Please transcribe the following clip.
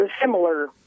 similar